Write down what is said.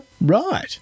Right